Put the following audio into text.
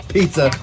Pizza